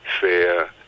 fair